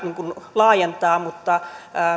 laajentaa mutta esimerkiksi